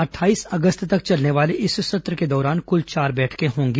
अट्ठाईस अगस्त तक चलने वाले इस सत्र के दौरान कुल चार बैठकें होंगी